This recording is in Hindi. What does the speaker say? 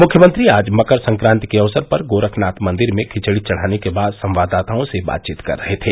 मुख्यमंत्री आज मकर संक्राति के अवसर पर गोरखनाथ मंदिर में खिचड़ी चढ़ाने के बाद संवाददाताओं से बातचीत कर रहे थे